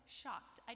shocked